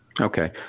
Okay